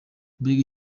mbega